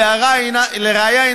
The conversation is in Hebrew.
לראיה,